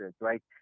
right